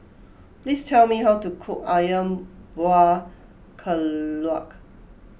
please tell me how to cook Ayam Buah Keluak